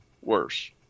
worse